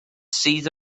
sydd